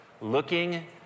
Looking